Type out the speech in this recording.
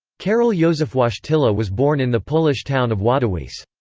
karol jozef wojtyla was born in the polish town of wadowice.